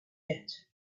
yet